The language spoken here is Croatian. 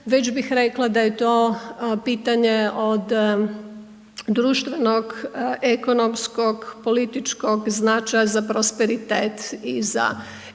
već bih rekla da je to pitanje od društvenog, ekonomskog, političkog značaja za prosperitet i za egalitet